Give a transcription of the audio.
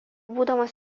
būdamas